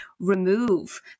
Remove